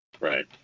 Right